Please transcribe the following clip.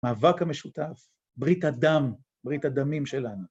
מאבק המשותף, ברית הדם, ברית הדמים שלנו.